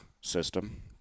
system